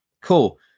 Cool